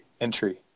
entry